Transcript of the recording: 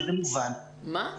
וזה מובן --- מה?